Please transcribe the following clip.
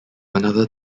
another